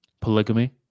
polygamy